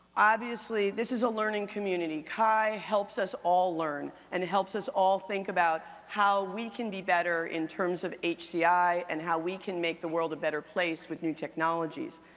obviously, this is a learning community. chi helps us all learn, and helps us all think about how we can be better in terms of hci, and how we can make the world a better place with new technologies.